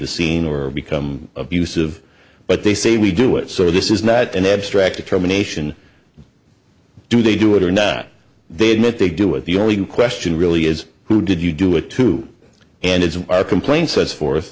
the scene or become abusive but they say we do it so this is not an abstract determination do they do it or not they admit they do it the only question really is who did you do it to and it's our complaint sets forth